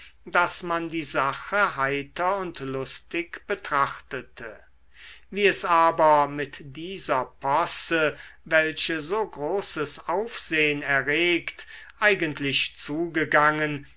daß man die sache heiter und lustig betrachtete wie es aber mit dieser posse welche so großes aufsehn erregt eigentlich zugegangen